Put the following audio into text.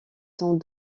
sans